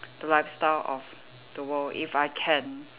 the lifestyle of the world if I can